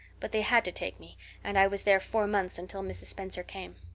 but they had to take me and i was there four months until mrs. spencer came.